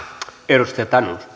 arvoisa